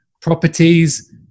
properties